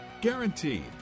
Guaranteed